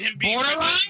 Borderline